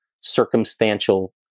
circumstantial